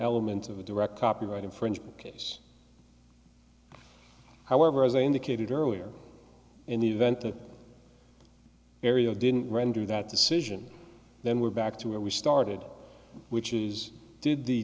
element of a direct copyright infringement case however as i indicated earlier in the event that area didn't render that decision then we're back to where we started which is did the